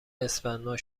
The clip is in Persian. اسفندماه